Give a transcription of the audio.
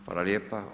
Hvala lijepa.